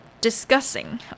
discussing